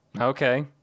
Okay